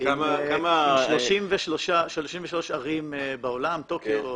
33 ערים בעולם: טוקיו,